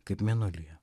kaip mėnulyje